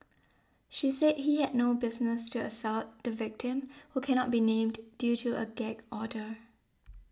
she said he had no business to assault the victim who cannot be named due to a gag order